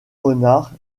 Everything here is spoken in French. renard